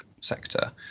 sector